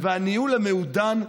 ובאמת,